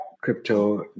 crypto